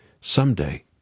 someday